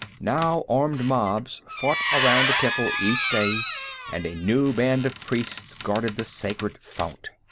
now armed mobs fought around the temple each day and a new band of priests guarded the sacred fount.